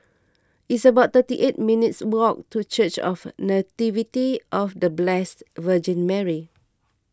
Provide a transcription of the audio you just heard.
it's about thirty eight minutes' walk to Church of the Nativity of the Blessed Virgin Mary